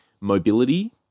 mobility